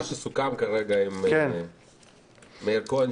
מה שסוכם כרגע עם מאיר כהן,